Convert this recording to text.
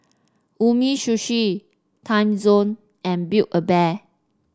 Umisushi Timezone and Build A Bear